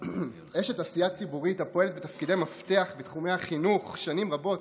אשת עשייה ציבורית הפועלת בתפקידי מפתח בתחומי החינוך שנים רבות,